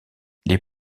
les